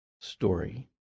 story